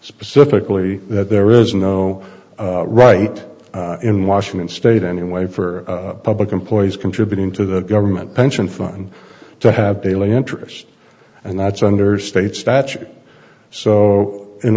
specifically that there is no right in washington state any way for public employees contributing to the government pension fund to have daily interest and that's under state statute so in